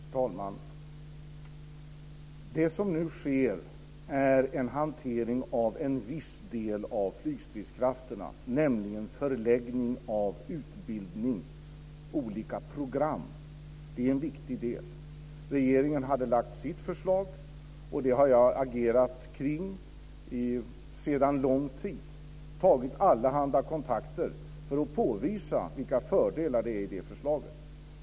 Herr talman! Det som nu sker är en hantering av en viss del av flygstridskrafterna, nämligen förläggning av utbildning - olika program. Detta är en viktig del. Regeringen hade lagt sitt förslag. Det har jag agerat kring sedan lång tid, och jag har tagit allehanda kontakter för att påvisa vilka fördelar som finns med förslaget.